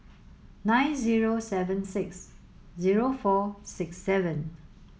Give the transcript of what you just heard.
nine zero seven six zero four six seven